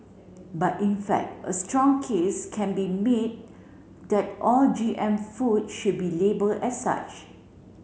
but in fact a strong case can be made that all G M food should be labelled as such